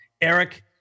Eric